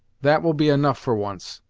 that will be enough for once,